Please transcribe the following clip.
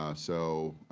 ah so,